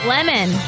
Lemon